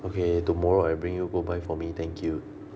okay tomorrow I bring you go buy for me thank you